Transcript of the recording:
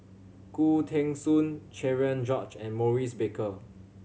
Khoo Teng Soon Cherian George and Maurice Baker